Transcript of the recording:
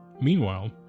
Meanwhile